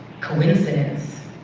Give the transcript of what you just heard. coincidence,